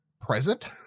present